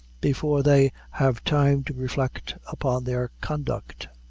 before they have time to reflect upon their conduct.